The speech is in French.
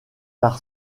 par